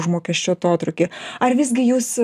užmokesčio atotrūkį ar visgi jūs